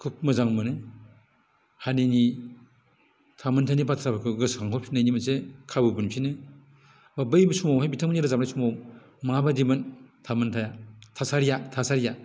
खुब मोजां मोनो हारिनि थामोन्थानि बाथ्राफोरखौ गोसोखांहरफिननायनि मोनसे खाबु मोनफिनो बै समावहाय बिथांमोननि रोजाबनाय समाव माबायदिमोन थामोन्थाया थासारिया थासारिया